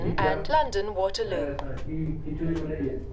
কি যা হ্যাঁ তা কি খিচুড়ি মানে কি